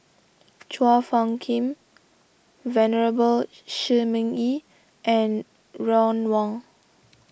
Chua Phung Kim Venerable Shi Ming Yi and Ron Wong